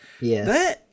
Yes